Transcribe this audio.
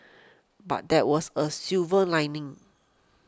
but there was a silver lining